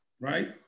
Right